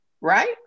right